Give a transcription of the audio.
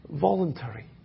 voluntary